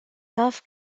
taf